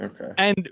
Okay